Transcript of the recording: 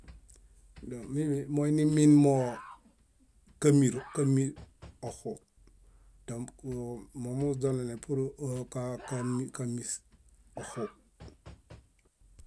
No mími moini min moo kámiro kámi oxu. Dõk móo momuźonene pur ka- ka- kámis oxu.